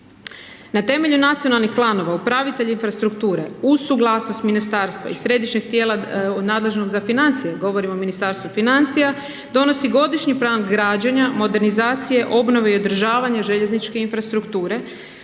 Na temelju nacionalnih planova upravitelji infrastrukture uz suglasnost ministarstva i središnjeg tijela nadležnog za financije, govorim o Ministarstvu financija, donosi godišnji plan građenja, modernizacije, obnove i održavanja željezničke infrastrukture